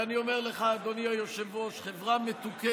ואני אומר לך, אדוני היושב-ראש, חברה מתוקנת